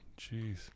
Jeez